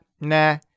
nah